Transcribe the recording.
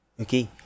okay